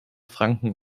franken